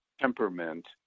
temperament